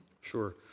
Sure